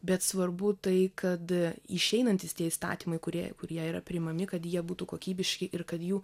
bet svarbu tai kad išeinantys tie įstatymai kurie kurie yra priimami kad jie būtų kokybiški ir kad jų